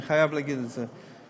אני חייב להגיד את זה: